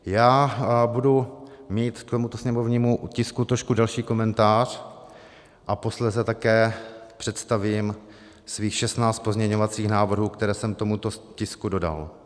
Já budu mít k tomuto sněmovnímu tisku trošku delší komentář a posléze také představím svých 16 pozměňovacích návrhů, které jsem k tomuto tisku dodal.